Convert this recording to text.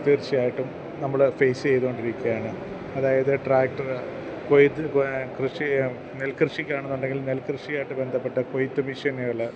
തീർച്ചയായിട്ടും നമ്മൾ ഫേസ് ചെയ്തുകൊണ്ടിരിക്കുകയാണ് അതായത് ട്രാക്ടറ് കൊയ്ത്തു കൃഷി ചെയ്യാൻ നെൽക്കൃഷിക്കാണെന്നുണ്ടെങ്കിൽ നെൽക്കൃഷി ആയിട്ട് ബന്ധപ്പെട്ട കൊയ്ത്തു മെഷീനുകൾ